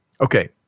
Okay